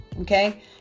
okay